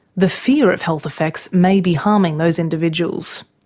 the fear of health effects may be harming those individuals.